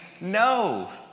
no